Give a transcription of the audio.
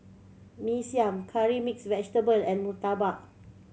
Mee Siam Curry Mixed Vegetable and murtabak